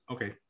Okay